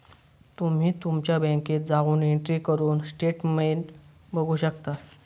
तुम्ही तुमच्या बँकेत जाऊन एंट्री करून स्टेटमेंट बघू शकतास